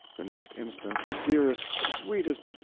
the next instant the dearest, sweetest,